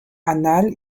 anale